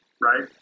Right